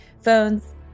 phones